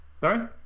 Sorry